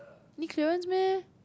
need clearance meh